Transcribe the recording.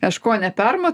aš ko neperma